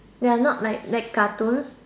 they are not like like cartoons